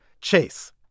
Chase